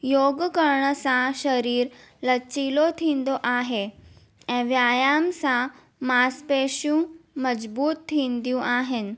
योग करण सां शरीर लचीलो थींदो आहे ऐं व्यायामु सां मांसपेशियूं मज़बूत थींदियूं आहिनि